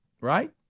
Right